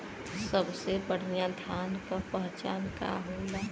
सबसे बढ़ियां धान का पहचान का होला?